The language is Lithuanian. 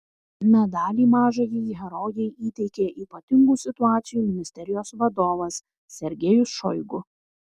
medalį mažajai herojei įteikė ypatingų situacijų ministerijos vadovas sergejus šoigu